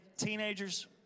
teenagers